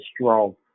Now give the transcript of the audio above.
strong